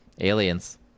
aliens